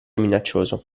minaccioso